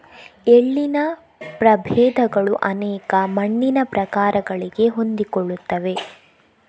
ಎಳ್ಳಿನ ಪ್ರಭೇದಗಳು ಅನೇಕ ಮಣ್ಣಿನ ಪ್ರಕಾರಗಳಿಗೆ ಹೊಂದಿಕೊಳ್ಳುತ್ತವೆ